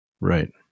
Right